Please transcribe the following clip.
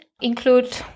include